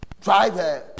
Drive